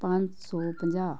ਪੰਜ ਸੌ ਪੰਜਾਹ